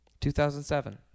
2007